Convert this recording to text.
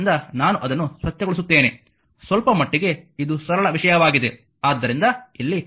ಆದ್ದರಿಂದ ನಾನು ಅದನ್ನು ಸ್ವಚ್ಛಗೊಳಿಸುತ್ತೇನೆ ಸ್ವಲ್ಪಮಟ್ಟಿಗೆ ಇದು ಸರಳ ವಿಷಯವಾಗಿದೆ